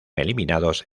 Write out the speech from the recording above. eliminados